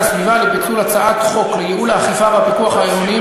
פיצול הצעת חוק לייעול האכיפה והפיקוח העירוניים